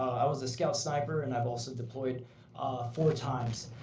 i was a scout sniper, and i've also deployed four times.